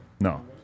No